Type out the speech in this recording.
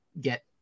get